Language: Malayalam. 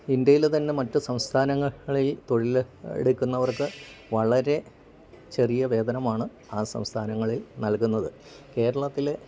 ഇന്ത്യയിലെ തന്നെ മറ്റു സംസ്ഥാനങ്ങളിൽ തൊഴില് എടുക്കുന്നവർക്ക് വളരെ ചെറിയ വേതനമാണ് ആ സംസ്ഥാനങ്ങളിൽ നൽകുന്നത് കേരളത്തിലെ